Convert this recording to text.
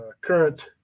current